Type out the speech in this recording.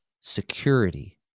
security